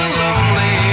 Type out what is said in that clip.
lonely